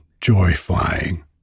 joy-flying